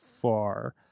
far